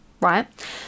right